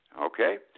okay